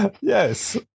Yes